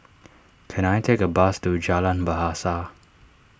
can I take a bus to Jalan Bahasa